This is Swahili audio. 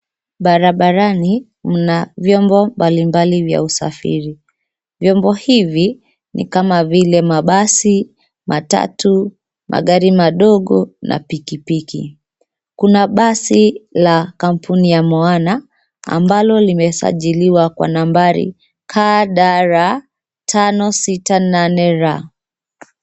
Barabarani mna vyombo mbalimbali vya usafiri. Vyombo hivi ni kama vile, mabasi, matatu, magari madogo na pikipiki. Kuna basi la kampuni ya Moana ambalo limesajiliwa kwa nambari KDR 568R.